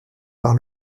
par